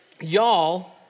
y'all